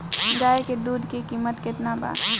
गाय के दूध के कीमत केतना बा?